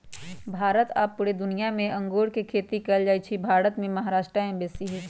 भारत आऽ पुरे दुनियाँ मे अङगुर के खेती कएल जाइ छइ भारत मे महाराष्ट्र में बेशी होई छै